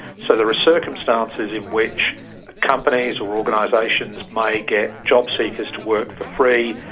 so there are circumstances in which companies or organisations may get jobseekers to work for free,